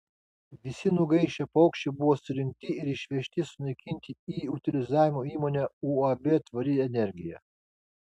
visi nugaišę paukščiai buvo surinkti ir išvežti sunaikinti į utilizavimo įmonę uab tvari energija